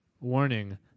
warning